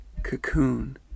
cocoon